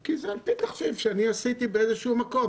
כי זה על פי תחשיב שאני עשיתי באיזה שהוא מקום.